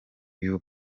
uyu